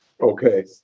Okay